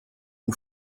who